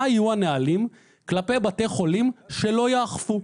מה יהיו הנהלים כלפי בתי חולים שלא יאכפו.